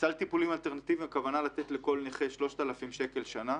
סל טיפולים אלטרנטיבי הכוונה לתת לכל נכה 3,000 שקל בשנה.